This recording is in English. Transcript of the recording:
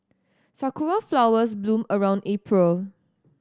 sakura flowers bloom around April